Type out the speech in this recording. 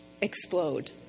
explode